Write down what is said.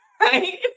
right